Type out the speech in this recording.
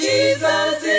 Jesus